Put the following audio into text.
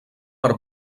per